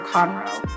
Conroe